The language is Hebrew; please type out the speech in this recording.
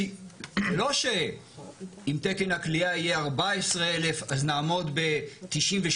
זה לא שאם תקן הכליאה יהיה 14,000 אז נעמוד ב-98%